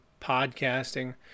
podcasting